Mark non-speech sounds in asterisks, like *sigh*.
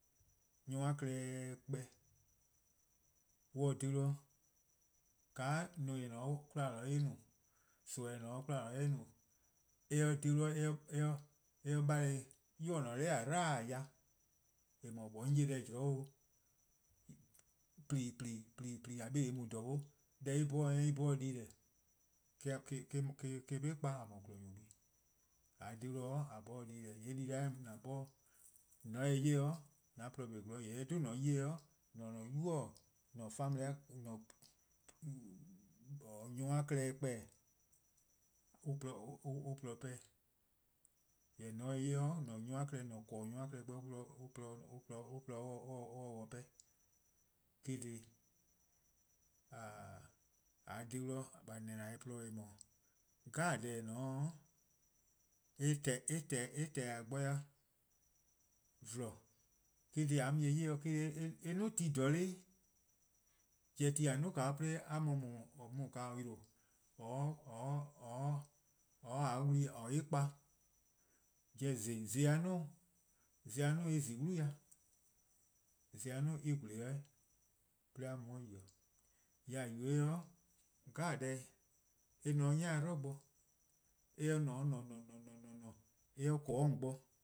Nyor-a klehkpeh mor on :dhe-dih :ka neme-a klehkpeh :en :ne-a 'de 'kwla en no-a, nimi :eh ne-a 'de 'kwla eh no-a, :mor eh :dhe-dih 'de *hesitation* eh bale 'yu :or :ne 'nor :a 'dlu ya :eh :mo 'nyi 'on 'ye deh zean' 'o, :plii: :plii: ne mu :dha nor, 'de en 'dhorn dih :eh, en 'bhorn-dih dii-deh:, *hesitation* eh-: :korn 'be kpa :a :mor :gwlor-nyor :ke, :mor :a dha-dih :yee' :a-dih dii-deh: dii-deh-a 'jeh :an 'born-a dih :mor :on se-eh 'ye :yee' an :porluh kpa 'zorn, jorwor: :mor :on 'ye-eh mo-: :an-a'a: 'nynuu:-:, *hesitation* nyor-a klehkpeh-: *hesitation* an :porluh 'pehn-dih, jorwor: :mor :on se-eh 'ye nyor+-a klehkpeh, :an-a'a: :korn-nyor-a klehkpeh an *hesitation* :porluh :se-' dih 'pehn. Eh-: dhih *hesitation* :mor :a :dhe-dih :a na-dih-eh porluh :eh :mor, deh 'jeh :dao' *hesitation* eh :tehn-dih-a bo-dih :vlor. Eh-: :korn dhih :mor :a 'ye-eh ;ye 'de *hesitation* eh 'duo ti :dhorno'+. Pobo: ti :a 'duo: 'de a :mor :or yi-a 'de *hesitation* :or 'ye-a wlu+ kpa, pobo: *hesitation* zon+ a 'duo:-a ya, zon+ zon+ a 'duo:-a en zi 'wlu dih, zon+ a 'duo: en gwle: 'o 'weh 'de a mu 'de yi-'. Jorwor: :a yubo-eh deh 'jeh eh ne 'de 'ni-a 'dlu bo. :moe eh :ne 'de :ne :ne :ne :ne :mor eh :korn 'de :on bo